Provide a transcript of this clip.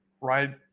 right